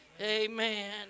Amen